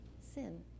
sin